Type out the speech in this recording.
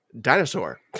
Dinosaur